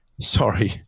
sorry